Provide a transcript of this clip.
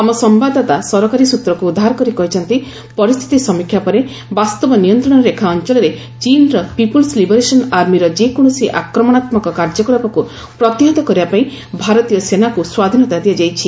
ଆମ ସମ୍ଘାଦଦାତା ସରକାରୀ ସୂତ୍ରକୁ ଉଦ୍ଧାର କରି କହିଛନ୍ତି ପରିସ୍ଥିତି ସମୀକ୍ଷା ପରେ ବାସ୍ତବ ନିୟନ୍ତ୍ରଣ ରେଖା ଅଞ୍ଚଳରେ ଚୀନର ପିପୁଲ୍ସ ଲିବରେସନ ଆର୍ମିର ଯେକୌଣସି ଆକ୍ରମଣାତ୍ମକ କାର୍ଯ୍ୟକଳାପକୁ ପ୍ରତିହତ କରିବା ପାଇଁ ଭାରତୀୟ ସେନାକୁ ସ୍ୱାଧୀନତା ଦିଆଯାଇଛି